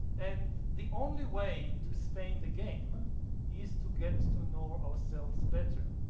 and the only way to stay in the game is to get to know ourselves better.